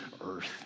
earth